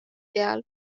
peal